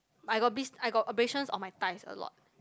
I got blis~ I got abrasions on my thighs is a lot